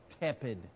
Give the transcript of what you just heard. tepid